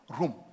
room